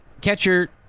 catcher